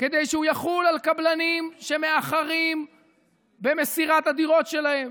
כדי שהוא יחול על קבלנים שמאחרים במסירת הדירות שלהם,